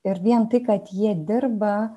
ir vien tai kad jie dirba